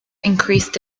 increased